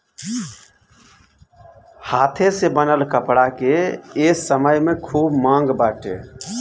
हाथे से बनल कपड़ा के ए समय में खूब मांग बाटे